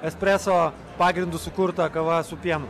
espreso pagrindu sukurta kava su pienu